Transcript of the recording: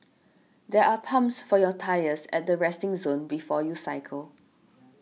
there are pumps for your tyres at the resting zone before you cycle